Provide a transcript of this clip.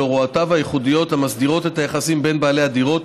הוראותיו הייחודיות המסדירות את היחסים בין בעלי הדירות,